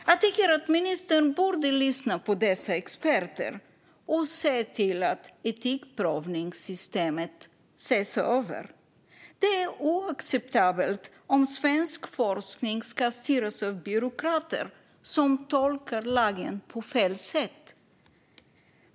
Jag tycker att ministern borde lyssna på dessa experter och se till att etikprövningssystemet ses över. Det är oacceptabelt om svensk forskning ska styras av byråkrater som tolkar lagen på fel sätt.